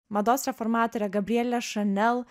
mados reformatorė gabrielė šanel